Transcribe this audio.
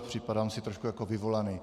Připadám si trošku jako vyvolaný.